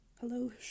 hello